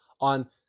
on